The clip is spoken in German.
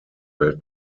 welt